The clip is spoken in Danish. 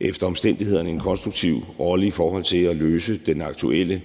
efter omstændighederne konstruktiv rolle i forhold til at løse den aktuelle